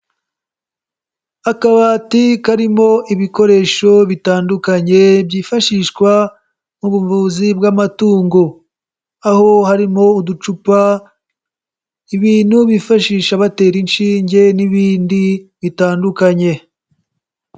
Akabati karimo ibikoresho bitandukanye byifashishwa mu buvuzi bw'amatungo, aho harimo uducupa, ibintu bifashisha batera inshinge n'ibindi bitandukanye.